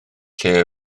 lle